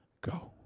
go